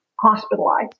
hospitalized